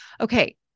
okay